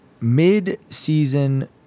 mid-season